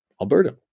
Alberta